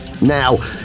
now